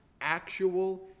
actual